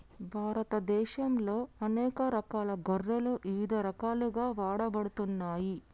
భారతదేశంలో అనేక రకాల గొర్రెలు ఇవిధ రకాలుగా వాడబడుతున్నాయి